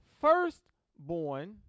firstborn